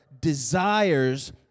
desires